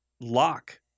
lock